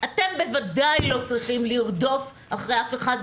אתם בוודאי לא צריכים לרדוף אחרי אף אחד.